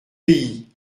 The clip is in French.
pays